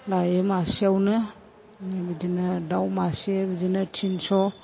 लायो मासेयावनो ओमफ्राय बिदिनो दाउ मासे बिदिनो तिनस'